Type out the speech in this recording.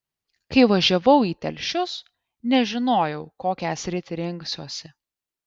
kai važiavau į telšius nežinojau kokią sritį rinksiuosi